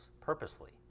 purposely